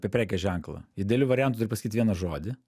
apie prekės ženklą idealiu variantu turi pasakyt vieną žodį